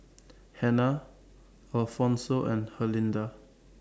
Hannah Alphonso and Herlinda